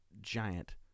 giant